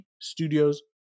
studios